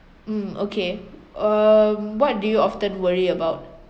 mm okay um what do you often worry about